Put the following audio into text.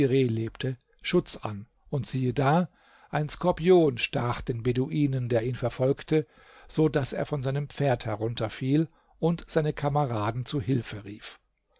lebte schutz an und siehe da ein skorpion stach den beduinen der ihn verfolgte so daß er von seinem pferd herunterfiel und seine kameraden zu hilfe rief